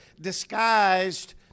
disguised